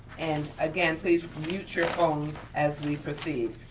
and again, please mute your phones as we proceed.